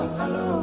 hello